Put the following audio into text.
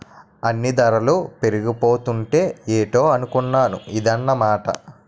అన్నీ దరలు పెరిగిపోతాంటే ఏటో అనుకున్నాను ఇదన్నమాట